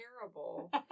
Terrible